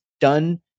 done